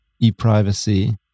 e-privacy